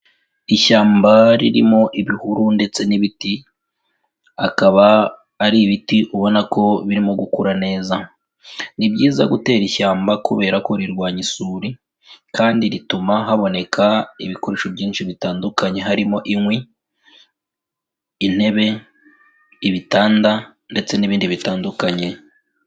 Ishyamba ririmo ibihuru ndetse n'ibiti, akaba ari ibiti ubona ko birimo gukura neza. Ni byiza gutera ishyamba kubera ko rirwanya isuri kandi rituma haboneka ibikoresho byinshi bitandukanye harimo inkwi, intebe, ibitanda ndetse n'ibindi bitandukanye.